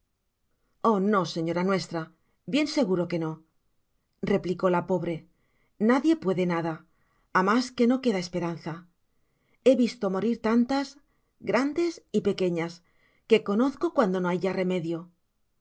oh no señora nuestra bien seguro que no replicóla pobre nadie puede nada a mas que no queda esperanza he visto morir tantas grandes y pequeñas que conozco cuando no hay ya remedio